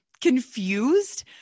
confused